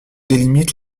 délimitent